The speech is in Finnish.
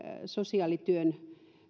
sosiaalityön